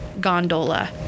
gondola